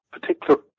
particular